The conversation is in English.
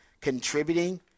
contributing –